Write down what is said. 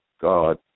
God